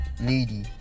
lady